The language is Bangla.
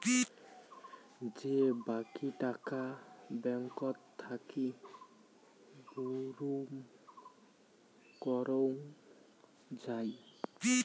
যে বাকী টাকা ব্যাঙ্কত থাকি বুরুম করং যাই